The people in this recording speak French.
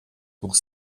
pour